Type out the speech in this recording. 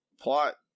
plot